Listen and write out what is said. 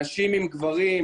נשים עם גברים,